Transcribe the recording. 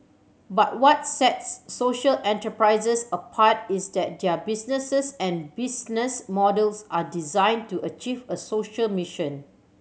but what sets social enterprises apart is that their businesses and business models are designed to achieve a social mission